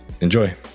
Enjoy